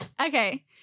Okay